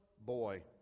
boy